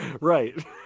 Right